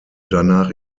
danach